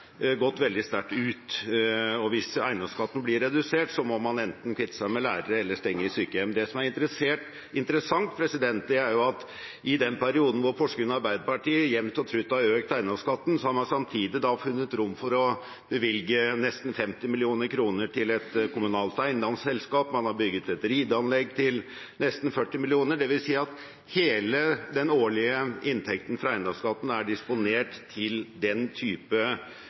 gått veldig sterkt ut: Hvis eiendomsskatten blir redusert, må man enten kvitte seg med lærere eller stenge sykehjem. Det som er interessant, er at i den perioden Porsgrunn Arbeiderparti jevnt og trutt har økt eiendomsskatten, har man samtidig funnet rom for å bevilge nesten 50 mill. kr til et kommunalt eiendomsselskap, og man har bygget et rideanlegg til nesten 40 mill. kr. Det vil si at hele den årlige inntekten fra eiendomsskatten er disponert til den type